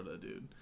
dude